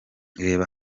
reba